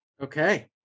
Okay